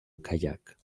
kayak